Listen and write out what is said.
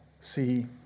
see